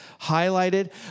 highlighted